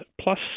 Plus